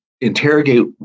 interrogate